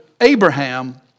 Abraham